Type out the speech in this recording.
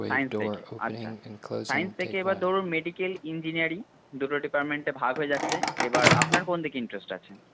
science থেকে আচ্ছা science থেকে এবার ধরুন মেডিকেল ইঞ্জিনিয়ারিং দুটো ডিপার্টমেন্টে ভাগ হয়ে যাচ্ছে এবার আপনার কোন দিকে ইন্টারেস্ট আছে